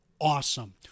awesome